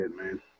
man